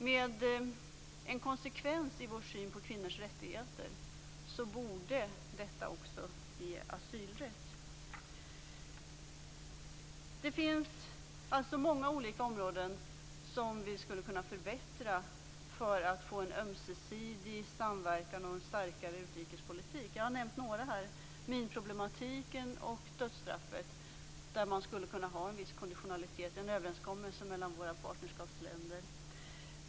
Med konsekvens i vår syn på kvinnors rättigheter borde detta också ge asylrätt. Det finns många olika områden som vi skulle kunna förbättra för att få en ömsesidig samverkan och en starkare utrikespolitik. Jag har nämnt några, minproblematiken och dödsstraffet, där man skulle kunna ha en viss konditionalitet, en överenskommelse mellan våra partnerskapsländer.